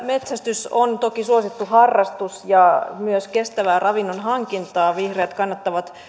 metsästys on toki suosittu harrastus ja myös kestävää ravinnon hankintaa vihreät kannattavat